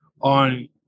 on